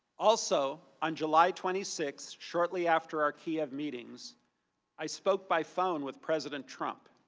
also, on july twenty six, shortly after our key have meetings i spoke by phone with president trump.